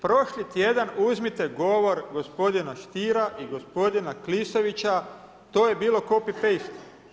Prošli tjedan uzmite govor gospodina Stiera i gospodina Klisovića, to je bilo copy paste.